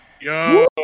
Yo